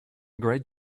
great